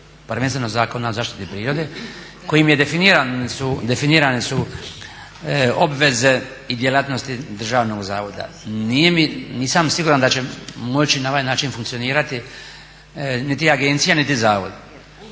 prvenstveno Zakona o zaštiti prirode kojim su definirane obveze i djelatnosti Državnog zavoda. Nije mi, nisam siguran da će moći na ovaj način funkcionirati niti agencija niti zavod.